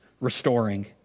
restoring